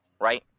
right